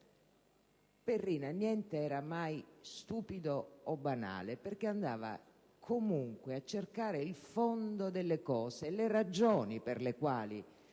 Per Rina niente era mai stupido o banale, perché andava comunque a cercare il fondo delle cose, le ragioni per le quali